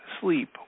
sleep